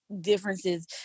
differences